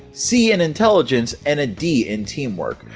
c in intelligence, and a d in teamwork!